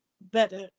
better